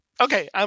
Okay